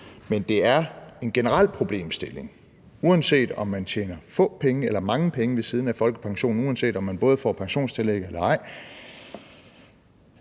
Men det er en generel problemstilling, uanset om man tjener få penge eller mange penge ved siden af folkepensionen, uanset om man får pensionstillæg eller ej,